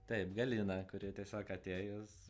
taip galina kuri tiesiog atėjus